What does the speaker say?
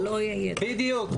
בדיוק, בדיוק,